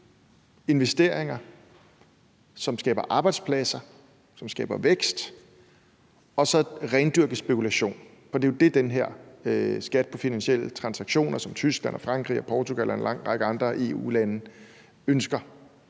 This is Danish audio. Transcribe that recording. investeringer, som skaber arbejdspladser og skaber vækst, og så rendyrket spekulation. For det er jo det, altså den her skat på finansielle transaktioner, som Tyskland, Frankrig, Portugal og en lang række andre EU-lande ønsker.